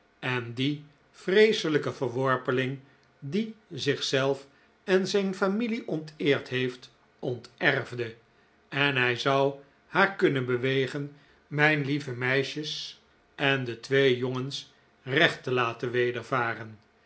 en dien vreeselijken verworpeling die zichzelf en zijn familie onteerd heeft onterfde en hij zou haar kunnen bewegen mijn lieve meisjes en de twee jongens recht te laten wedervaren